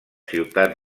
ciutats